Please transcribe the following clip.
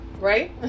Right